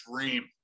dream